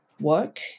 work